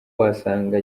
wasanga